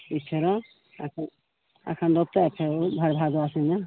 ई फेरो अखन अखन रोपतै फेर ओ भादो आसीनमे